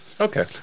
okay